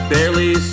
Barely